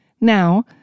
Now